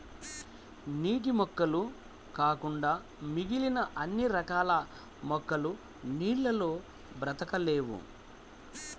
నీటి మొక్కలు కాకుండా మిగిలిన అన్ని రకాల మొక్కలు నీళ్ళల్లో బ్రతకలేవు